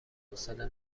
حوصله